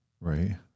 Right